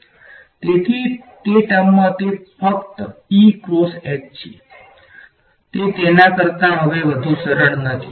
તેથી તે ટર્મમા તે ફક્ત છે તે તેના કરતા ગવે વધુ સરળ નથી